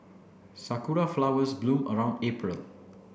sakura flowers bloom around April